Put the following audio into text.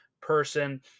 person